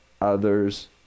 others